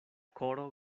koro